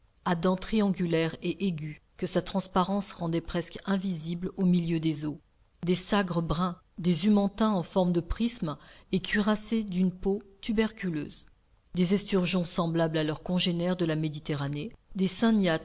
à dents triangulaires et aiguës que sa transparence rendait presque invisible au milieu des eaux des sagres bruns des humantins en forme de prismes et cuirassés d'une peau tuberculeuse des esturgeons semblables à leurs congénères de la méditerranée des